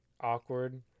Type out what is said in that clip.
Awkward